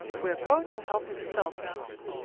we're going to help him sell things.